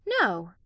no